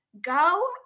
go